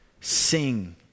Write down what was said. sing